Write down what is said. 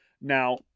Now